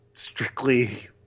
Strictly